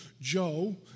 Joe